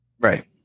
Right